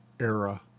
era